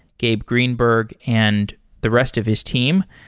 gabe greenberg, and the rest of his team.